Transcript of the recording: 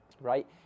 right